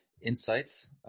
insights